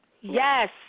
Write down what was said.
Yes